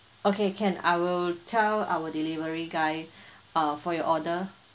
okay can I will tell our delivery guy uh for your order